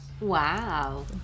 Wow